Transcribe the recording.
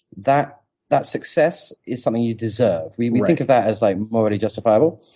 that that success is something you deserve. we we think of that as like morally justifiable,